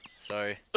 Sorry